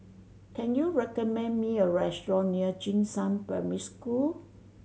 can you recommend me a restaurant near Jing Shan Primary School